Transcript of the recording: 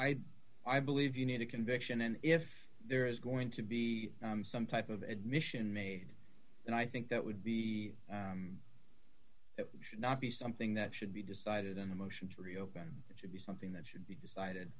i i believe you need a conviction and if there is going to be some type of admission made and i think that would be it should not be something that should be decided in a motion to reopen it should be something that should be decided